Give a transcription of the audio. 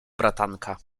bratanka